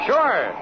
Sure